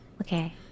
Okay